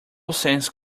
sense